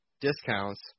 discounts